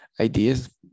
ideas